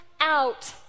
out